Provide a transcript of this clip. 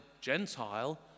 Gentile